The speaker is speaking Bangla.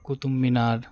কুতুব মিনার